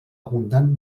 abundant